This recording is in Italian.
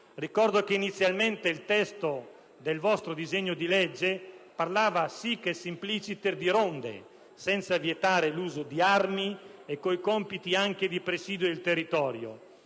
Ricordo che inizialmente il testo del vostro disegno di legge parlava *sic et simpliciter* di ronde, senza vietare l'uso di armi e con compiti anche di presidio del territorio.